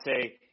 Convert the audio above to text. say